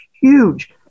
huge